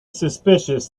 suspicious